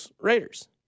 Raiders